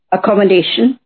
Accommodation